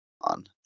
on